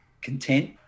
content